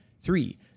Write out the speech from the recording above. Three